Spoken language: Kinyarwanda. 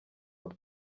aho